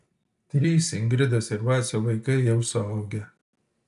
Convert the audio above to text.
trys ingridos ir vacio vaikai jau suaugę